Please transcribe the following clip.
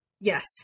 Yes